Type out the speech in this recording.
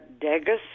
Degas